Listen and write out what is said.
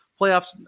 playoffs